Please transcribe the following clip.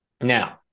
Now